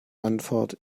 anfahrt